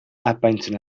apaintzen